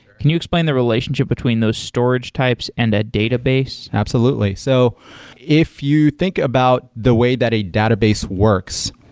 can you explain the relationship between those storage types and a database? absolutely. so if you think about the way that a database works,